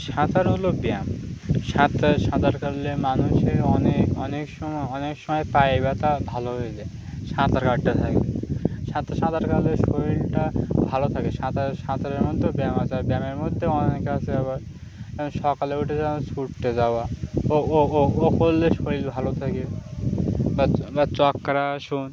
সাঁতার হলো ব্যায়াম সাঁতার সাঁতার কাটলে মানুষের অনেক অনেক সময় অনেক সময় পায়ে ব্যথা ভালো হয়ে যায় সাঁতার কাটতে থাকে সাঁতার সাঁতার কাটলে শরীরটা ভালো থাকে সাঁতার সাঁতারের মধ্যেও ব্যায়াম আছে ব্যায়ামের মধ্যেও অনেক আসে আবার সকালে উঠে যাওয়া ছুটতে যাওয়া ও করলে শরীর ভালো থাকে বা বা চক্রাসন